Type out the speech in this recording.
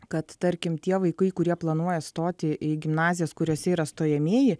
kad tarkim tie vaikai kurie planuoja stoti į gimnazijas kuriose yra stojamieji